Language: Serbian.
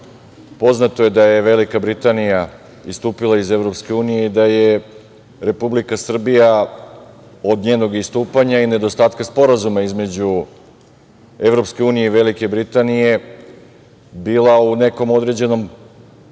Irske. Poznato je da je Velika Britanija istupila iz Evropske unije i da je Republika Srbija od njenog istupanja i nedostatka sporazuma između Evropske unije i Velike Britanije bila u nekom određenom